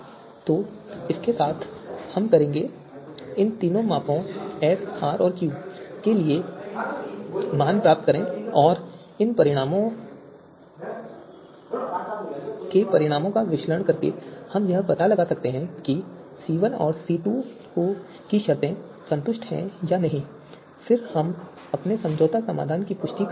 तो इसके साथ हम करेंगे इन तीन मापों S R और Q के लिए मान प्राप्त करें और इन परिणामों के परिणामों का विश्लेषण करके हम यह पता लगा सकते हैं कि C1 और C2 की शर्तें संतुष्ट हैं या नहीं और फिर हम अपने समझौता समाधान की पुष्टि कर सकते हैं